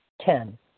Ten